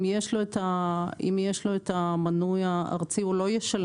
אם יש לו את המנוי הארצי הוא לא ישלם